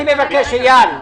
אייל,